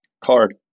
card